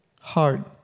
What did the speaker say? hard